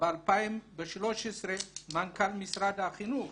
וב-2013 מנכ"ל משרד החינוך